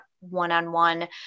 one-on-one